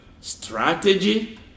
strategy